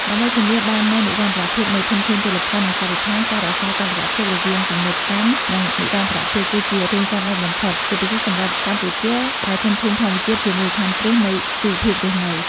ដើម្បីធានាបាននូវនិរន្តរភាពនៃធនធានជលផល និងបរិស្ថាន ការរក្សាតុល្យភាពរវាងទំនើបកម្ម និងនិរន្តរភាព គឺជារឿងចាំបាច់បំផុត ជាពិសេសសម្រាប់កម្ពុជាដែលធនធានធម្មជាតិជាមូលដ្ឋានគ្រឹះនៃជីវភាពរស់នៅ។